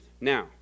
Now